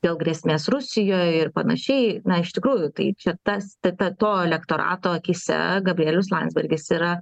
dėl grėsmės rusijoje ir panašiai na iš tikrųjų tai čia tas ta ta to elektorato akyse gabrielius landsbergis yra